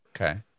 Okay